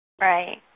Right